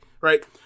right